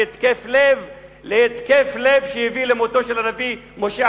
להתקף לב שהביא למותו של הנביא משה,